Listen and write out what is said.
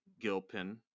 Gilpin